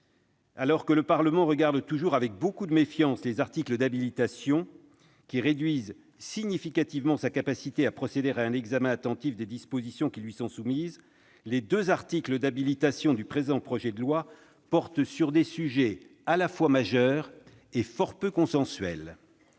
Alors que le Parlement regarde toujours avec beaucoup de méfiance les articles d'habilitation, qui réduisent significativement sa capacité à procéder à un examen attentif des dispositions qui lui sont soumises, les deux articles d'habilitation du présent texte portent sur des sujets à la fois majeurs et fort peu consensuels